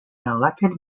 elected